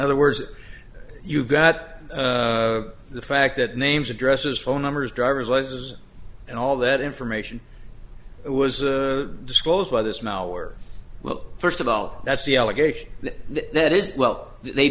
other words you've got the fact that names addresses phone numbers driver's license and all that information was disclosed by this mauer well first of all that's the allegation that well they